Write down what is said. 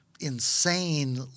insane